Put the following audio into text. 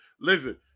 Listen